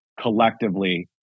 collectively